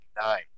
nine